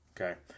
Okay